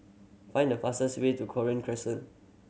find the fastest way to Cochrane Crescent